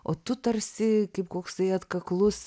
o tu tarsi kaip koksai atkaklus